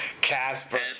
Casper